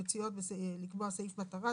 שמציעות לקבוע סעיף מטרה,